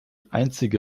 einzige